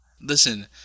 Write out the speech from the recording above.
Listen